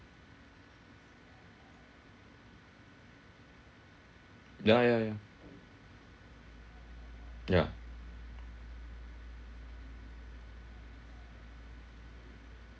ya ya ya ya